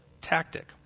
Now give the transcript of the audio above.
tactic